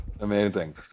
Amazing